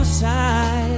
side